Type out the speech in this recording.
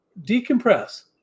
decompress